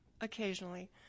occasionally